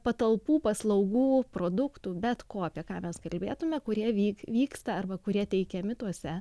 patalpų paslaugų produktų bet ko apie ką mes kalbėtume kurie vyk vyksta arba kurie teikiami tuose